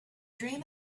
dream